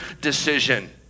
decision